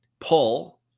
pull